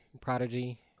Prodigy